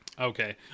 Okay